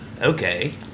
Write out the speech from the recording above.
Okay